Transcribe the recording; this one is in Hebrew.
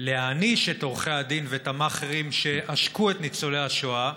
להעניש את עורכי הדין ואת המאכערים שעשקו את ניצולי השואה,